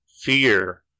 fear